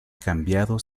cambiado